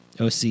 OC